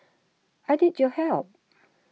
I need your help